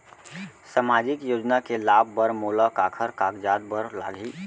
सामाजिक योजना के लाभ बर मोला काखर कागजात बर लागही?